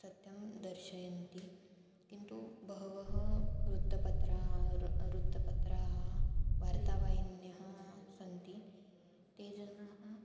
सत्यं दर्शयन्ति किन्तु बहूनि वृत्तपत्राणि र् वृत्तपत्राणि वार्तावाहिन्यः सन्ति ते जनाः